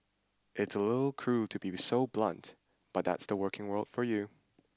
it's a little cruel to be so blunt but that's the working world for you